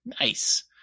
Nice